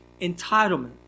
entitlement